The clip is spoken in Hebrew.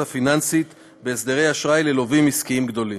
הפיננסית בהסדרי אשראי ללווים עסקיים גדולים.